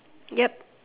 yup